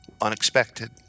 Unexpected